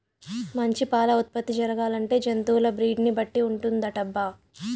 మంచి పాల ఉత్పత్తి జరగాలంటే జంతువుల బ్రీడ్ ని బట్టి ఉంటుందటబ్బా